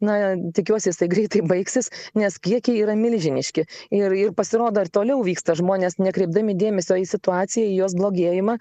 na tikiuosi jisai greitai baigsis nes kiekiai yra milžiniški ir ir pasirodo ir toliau vyksta žmonės nekreipdami dėmesio į situaciją į jos blogėjimą